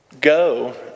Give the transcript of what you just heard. Go